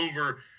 over